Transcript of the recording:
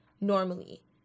normally